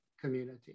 community